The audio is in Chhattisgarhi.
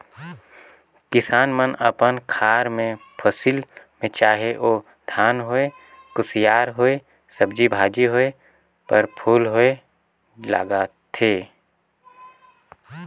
किसान मन अपन खार मे फसिल में चाहे ओ धान होए, कुसियार होए, सब्जी भाजी होए, फर फूल होए लगाथे